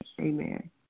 Amen